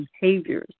behaviors